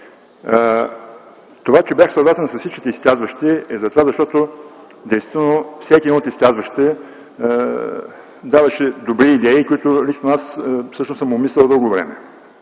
Това, че бях съгласен с всичките изказващи, е, защото действително всеки един от изказващите даваше добри идеи, които лично аз съм обмислял дълго време.